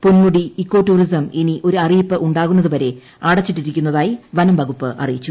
Ponmudi eco tourism ഇനി ഒരു അറിയിപ്പുണ്ടാകുന്നതുവരെ അടച്ചിട്ടിരിക്കുന്നതായി വനംവകുപ്പ് അറിയിച്ചു